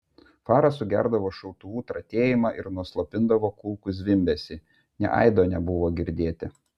fara sugerdavo šautuvų tratėjimą ir nuslopindavo kulkų zvimbesį nė aido nebuvo girdėti